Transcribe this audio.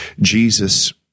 Jesus